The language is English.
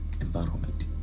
environment